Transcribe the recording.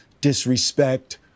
disrespect